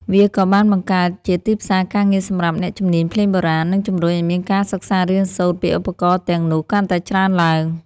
វាក៏បានបង្កើតជាទីផ្សារការងារសម្រាប់អ្នកជំនាញភ្លេងបុរាណ និងជំរុញឱ្យមានការសិក្សារៀនសូត្រពីឧបករណ៍ទាំងនោះកាន់តែច្រើនឡើង។